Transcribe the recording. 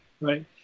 right